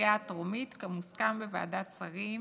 בקריאה הטרומית כמוסכם בוועדת שרים